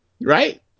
right